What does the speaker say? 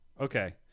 Okay